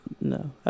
No